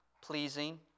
pleasing